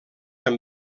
amb